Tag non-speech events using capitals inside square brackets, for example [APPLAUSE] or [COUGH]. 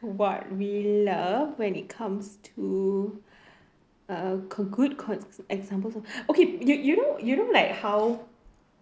what we love when it comes to [BREATH] uh good cons~ examples [BREATH] okay you you know you know like how